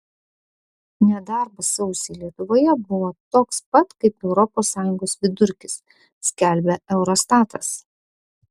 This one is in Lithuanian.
nedarbas sausį lietuvoje buvo toks pat kaip europos sąjungos vidurkis skelbia eurostatas